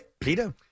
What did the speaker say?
Peter